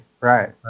Right